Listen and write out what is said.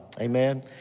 Amen